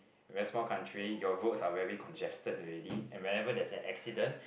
very small country your roads are very congested already and whenever there's an accident